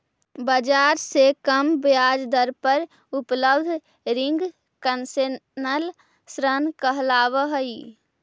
बाजार से कम ब्याज दर पर उपलब्ध रिंग कंसेशनल ऋण कहलावऽ हइ